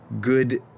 good